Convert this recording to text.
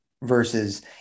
versus